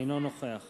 אינו נוכח